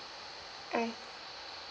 mm